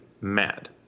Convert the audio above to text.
mad